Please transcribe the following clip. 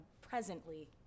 presently